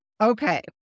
Okay